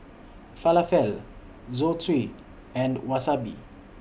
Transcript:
Falafel Zosui and Wasabi